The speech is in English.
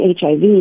HIV